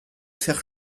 faire